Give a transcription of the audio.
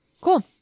Cool